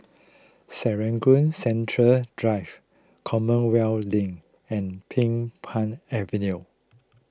Serangoon Central Drive Commonwealth Link and Din Pang Avenue